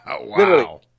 Wow